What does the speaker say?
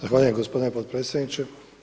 Zahvaljujem gospodine potpredsjedniče.